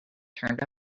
turned